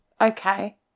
Okay